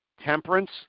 temperance